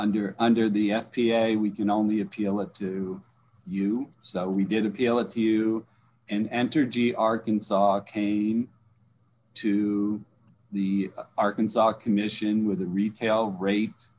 under under the f p a we can only appeal it to you so we did appeal it to you and entergy arkansas came to the arkansas commission with the retail ra